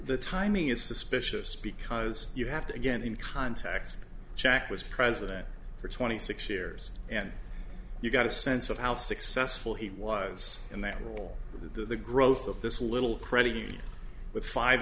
the timing is suspicious because you have to get in context jack was president for twenty six years and you got a sense of how successful he was in that role the growth of this little